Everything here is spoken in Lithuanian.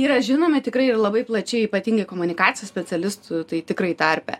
yra žinomi tikrai ir labai plačiai ypatingai komunikacijos specialistų tai tikrai tarpe